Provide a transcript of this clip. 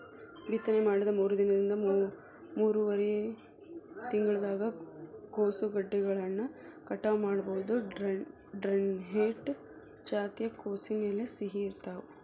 ಬಿತ್ತನೆ ಮಾಡಿದ ಮೂರರಿಂದ ಮೂರುವರರಿ ತಿಂಗಳದಾಗ ಕೋಸುಗೆಡ್ಡೆಗಳನ್ನ ಕಟಾವ ಮಾಡಬೋದು, ಡ್ರಂಹೆಡ್ ಜಾತಿಯ ಕೋಸಿನ ಎಲೆ ಸಿಹಿ ಇರ್ತಾವ